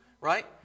right